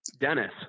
Dennis